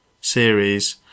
series